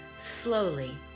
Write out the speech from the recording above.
slowly